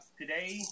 Today